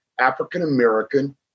African-American